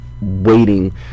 waiting